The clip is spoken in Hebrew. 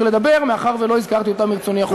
לדבר מאחר שלא הזכרתי אותה מרצוני החופשי.